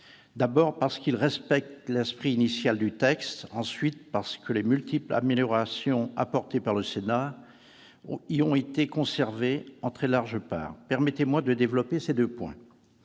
d'abord, parce qu'il respecte l'esprit initial du texte ; ensuite, parce que les multiples améliorations apportées par le Sénat ont été conservées en très large part. Permettez-moi de développer ces deux points.